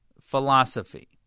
philosophy